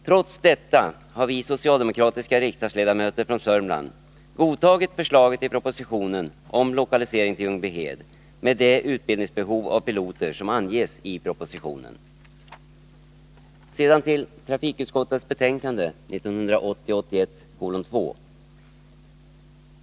Trots detta har vi socialdemokratiska riksdagsledamöter från Södermanland godtagit förslaget i propositionen om lokalisering till Ljungbyhed med det utbildningsbehov av piloter som anges i propositionen. Sedan vill jag beröra trafikutskottets betänkande 1980/81:2.